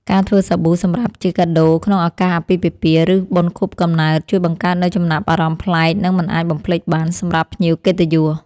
ការធ្វើសាប៊ូសម្រាប់ជាកាដូក្នុងឱកាសអាពាហ៍ពិពាហ៍ ឬបុណ្យខួបកំណើត ជួយបង្កើតនូវចំណាប់អារម្មណ៍ប្លែក និងមិនអាចបំភ្លេចបានសម្រាប់ភ្ញៀវកិត្តិយស។